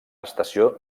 estació